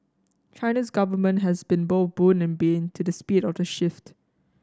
China's government has been both boon and bane to the speed of the shift